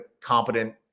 competent